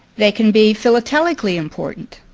they can be philatelicly important.